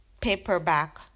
paperback